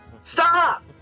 Stop